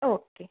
okay